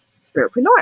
spiritpreneur